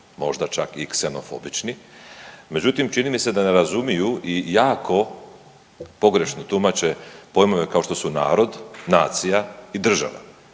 možda čak i ksenofobični, međutim čini mi se da ne razumiju i jako pogrešno tumače pojmove kao što su narod, nacija i država.